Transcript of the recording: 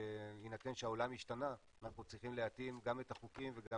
שבהינתן שהעולם השתנה אנחנו צריכים להתאים גם את החוקים וגם